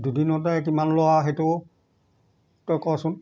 দুদিন হ'লে কিমান লও আৰু সেইটো তই কচোন